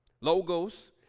Logos